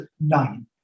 nine